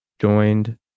joined